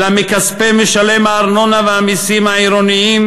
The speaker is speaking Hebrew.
אלא מכספי משלם הארנונה והמסים העירוניים